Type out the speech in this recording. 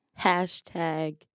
Hashtag